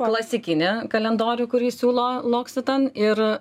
klasikinį kalendorių kurį siūlo loccitane ir